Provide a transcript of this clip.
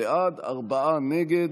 חוק הארכת